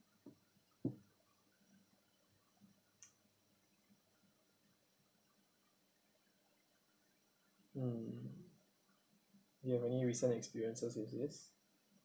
mm you have any recent experiences with this